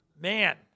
Man